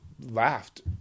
laughed